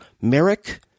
Merrick